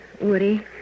Woody